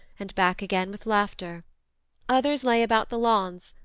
and back again with laughter others lay about the lawns,